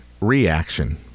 reaction